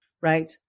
right